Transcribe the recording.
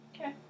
Okay